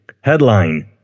Headline